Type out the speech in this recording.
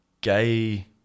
gay